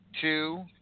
two